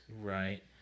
right